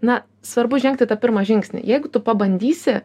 na svarbu žengti tą pirmą žingsnį jeigu tu pabandysi